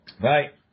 Right